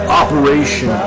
operation